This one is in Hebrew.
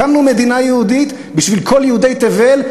הקמנו מדינה יהודית בשביל כל יהודי תבל,